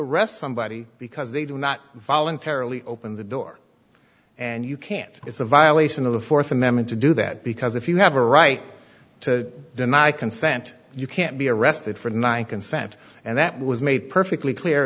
arrest somebody because they do not voluntarily open the door and you can't it's a violation of the fourth amendment to do that because if you have a right to deny consent you can't be arrested for nine consent and that was made perfectly clear